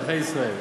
לאזרחי ישראל.